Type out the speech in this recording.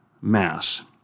Mass